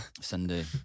Sunday